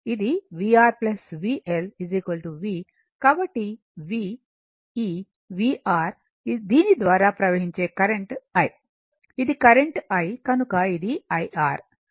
కాబట్టి v ఈ vR దీని ద్వారా ప్రవహించే కరెంట్ i ఇది కరెంట్ i కనుక ఇది i R